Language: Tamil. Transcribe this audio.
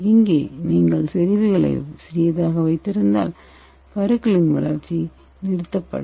இங்கே நீங்கள் செறிவுகளை சிறியதாக வைத்திருந்தால் கருக்களின் வளர்ச்சி நிறுத்தப்படும்